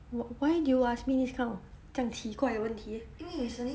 wh~ why do you ask me this kind of 这样奇怪的问题哦